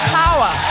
power